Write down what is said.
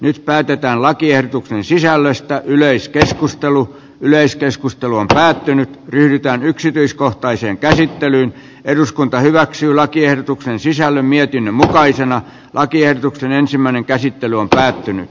nyt päätetään lakiehdotuksen sisällöstä yleiskeskustelu yleiskeskustelu on päättynyt pyritään yksityiskohtaiseen käsittelyyn eduskunta hyväksyi lakiehdotuksen sisällön mietinnön mukaisena lakiehdotuksen ensimmäinen käsittely on päättynyt